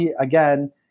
again